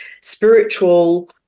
spiritual